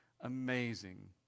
amazing